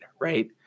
right